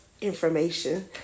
information